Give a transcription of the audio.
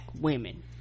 women